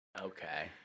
Okay